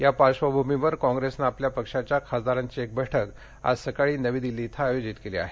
या पार्श्वभूमीवर कॉप्रेसनं आपल्या पक्षाच्या खासदारांची एक बैठक आज सकाळी नवी दिल्लीत आयोजित केली आहे